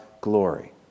glory